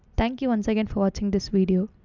thank you once again for watching this video.